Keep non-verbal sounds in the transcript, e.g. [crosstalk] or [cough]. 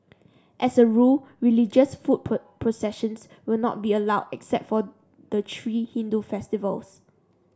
as a rule religious foot [unintelligible] processions will not be allowed except for the three Hindu festivals